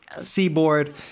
seaboard